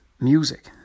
music